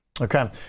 okay